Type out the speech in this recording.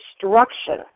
destruction